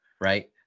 right